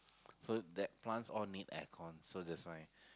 so that plants all need aircon so that's why